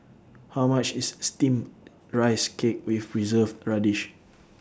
How much IS Steamed Rice Cake with Preserved Radish